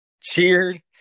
cheered